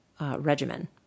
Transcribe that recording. regimen